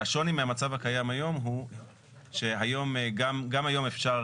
השוני מהמצב הקיים היום הוא שגם היום אפשר